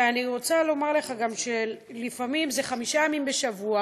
ואני רוצה לומר לך גם שלפעמים זה חמישה ימים בשבוע,